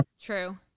True